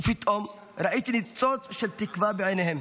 ופתאום ראיתי ניצוץ של תקווה בעיניהם.